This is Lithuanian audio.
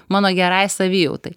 mano gerai savijautai